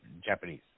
Japanese